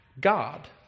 God